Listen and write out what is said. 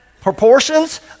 proportions